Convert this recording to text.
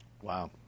Wow